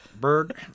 Bird